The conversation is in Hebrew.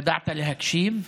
ידעת להקשיב,